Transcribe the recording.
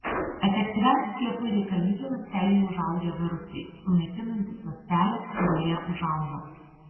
efektyviam skiepui reikalingi ląstelėje užaugę virusai sunaikinantys ląstelę kurioje užaugo